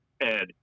Ed